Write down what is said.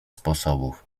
sposobów